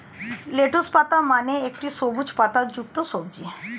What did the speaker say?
lettuce পাতা মানে একটি সবুজ পাতাযুক্ত সবজি